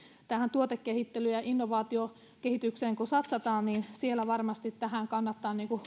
kun tuotekehittelyyn ja innovaatiokehitykseen satsataan niin siellä varmasti tähän kannattaa